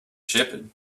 shepherd